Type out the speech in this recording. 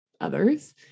others